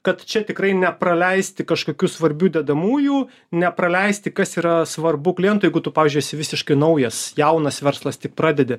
kad čia tikrai nepraleisti kažkokių svarbių dedamųjų nepraleisti kas yra svarbu klientui jeigu tu pavyzdžiui esi visiškai naujas jaunas verslas tik pradedi